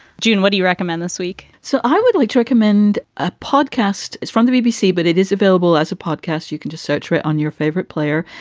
june, what do you recommend this week? so i would like to recommend a podcast. it's from the bbc. but it is available as a podcast. you can just search for it on your favorite player.